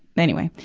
anyway,